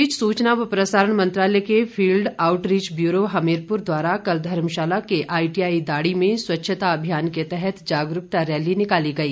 इस बीच सूचना व प्रसारण मंत्रालय के फील्ड आउटरीच ब्यूरो हमीरपुर द्वारा कल धर्मशाला के आईटीआई दाड़ी में स्वच्छता अभियान के तहत जागरूकता रैली निकाली गई